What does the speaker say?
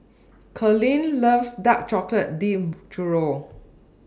Karlene loves Dark Chocolate Dipped Churro